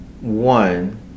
one